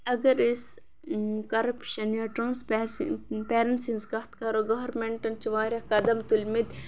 اگر أسۍ کََرپشَن یا ٹرٛانسپیرسی پیرَنسی ہِنٛز کَتھ کَرو گورنمنٹَن چھِ واریاہ قدم تُلمٕتۍ